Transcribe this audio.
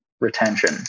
retention